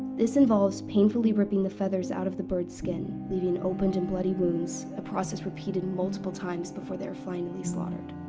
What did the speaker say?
this involves painfully ripping the feathers out of the birds' skin, leaving open and bloody wounds, a process repeated multiple times before they are finally slaughtered.